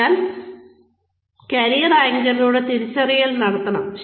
അതിനാൽ കരിയർ ആങ്കറിലൂടെ തിരിച്ചറിയൽ നടത്താം